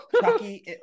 Chucky